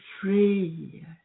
free